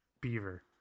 Beaver